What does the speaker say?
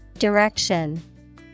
Direction